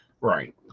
Right